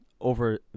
over